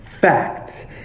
Fact